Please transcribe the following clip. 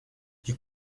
you